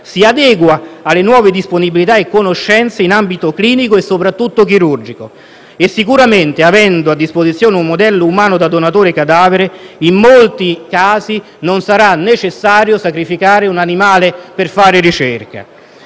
si adegua alle nuove disponibilità e conoscenze in ambito clinico e soprattutto chirurgico. Sicuramente, avendo a disposizione un modello umano da donatore cadavere, in molti casi non sarà necessario sacrificare un animale per fare ricerca.